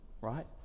right